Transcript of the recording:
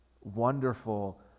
wonderful